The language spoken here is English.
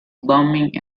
bumming